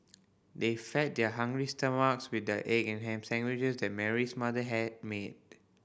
they fed their hungry stomachs with the egg and ham sandwiches that Mary's mother had made